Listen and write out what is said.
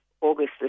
August